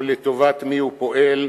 או לטובת מי הוא פועל?